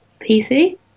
PC